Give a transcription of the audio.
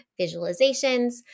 visualizations